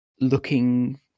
looking